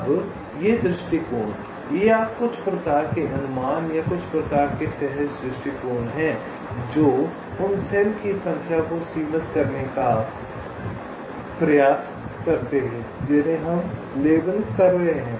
अब ये दृष्टिकोण ये आप कुछ प्रकार के अनुमान या कुछ प्रकार के सहज दृष्टिकोण हैं जो उन सेल की संख्या को सीमित करने का प्रयास करते हैं जिन्हें हम लेबल कर रहे हैं